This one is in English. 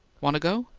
want to go?